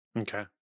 Okay